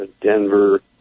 Denver